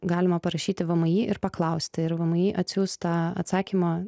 galima parašyti vmi ir paklausti ir vmi atsiųs tą atsakymą